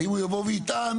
האם הוא יבוא ויטען,